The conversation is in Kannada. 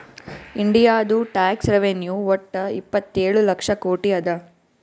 ಇಂಡಿಯಾದು ಟ್ಯಾಕ್ಸ್ ರೆವೆನ್ಯೂ ವಟ್ಟ ಇಪ್ಪತ್ತೇಳು ಲಕ್ಷ ಕೋಟಿ ಅದಾ